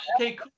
okay